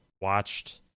watched